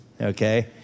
okay